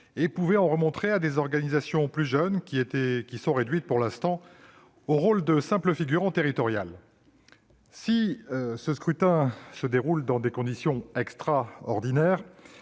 peuvent en remontrer à des organisations plus jeunes, réduites pour l'heure au rôle de simple figurant territorial. Si ce scrutin se déroule dans des conditions extraordinaires,